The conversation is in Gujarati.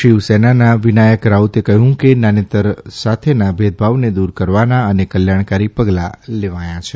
શિવસેનાના વિનાયક રાઉતે કહ્યું કે નાન્યતર સાથેના ભેદભાવને દૂર કરવાના ને કલ્યાણકારી પગલાં લેવાથાં છે